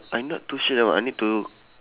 I not too sure you know I need to